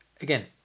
again